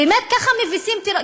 באמת, ככה מביסים טרור?